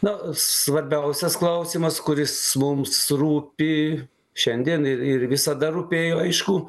na svarbiausias klausimas kuris mums rūpi šiandien ir ir visada rūpėjo aišku